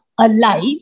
alive